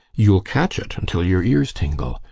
you'll catch it until your ears tingle.